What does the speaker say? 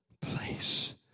place